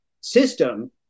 system